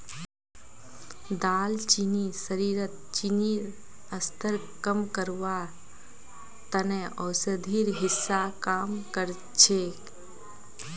दालचीनी शरीरत चीनीर स्तरक कम करवार त न औषधिर हिस्सा काम कर छेक